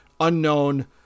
unknown